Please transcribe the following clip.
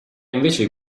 invece